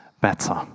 better